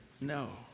No